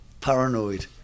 Paranoid